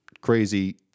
crazy